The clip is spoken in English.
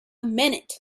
minute